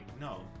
no